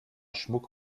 schmuck